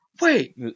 Wait